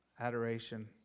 Adoration